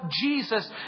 Jesus